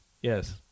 yes